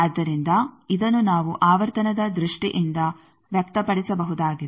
ಆದ್ದರಿಂದ ಇದನ್ನು ನಾವು ಆವರ್ತನದ ದೃಷ್ಟಿಯಿಂದ ವ್ಯಕ್ತಪಡಿಸಬಹುದಾಗಿದೆ